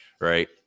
right